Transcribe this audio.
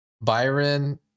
Byron